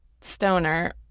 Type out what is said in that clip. Stoner